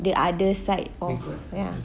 the other side of ya